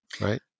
right